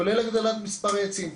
כולל הגדלת מספר העצים.